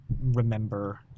remember